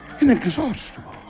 inexhaustible